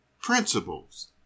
principles